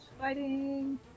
Fighting